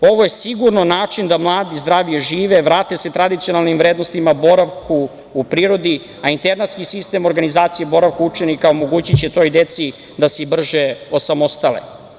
Ovo je sigurno način da mladi zdravije žive, vrate se tradicionalnim vrednostima, boravku u prirodi, a internatski sistem organizacije boravka učenika omogući će toj deci da se i brže osamostale.